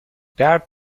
درد